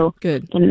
good